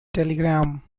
telegram